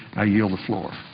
i yield the floor.